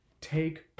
take